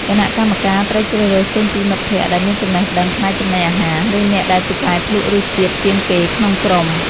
គណៈកម្មការត្រូវជ្រើសរើសចេញពីមិត្តភក្តិដែលមានចំណេះដឹងផ្នែកចំណីអាហារ ឬអ្នកដែលពូកែភ្លក្សរសជាតិជាងគេក្នុងក្រុម។